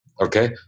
okay